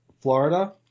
Florida